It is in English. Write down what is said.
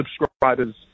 subscribers